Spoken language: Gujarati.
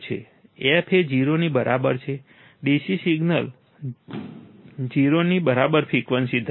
f એ 0 ની બરાબર છે dc સિગ્નલ 0 ની બરાબર ફ્રિકવન્સી ધરાવે છે